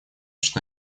что